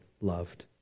loved